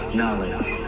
knowledge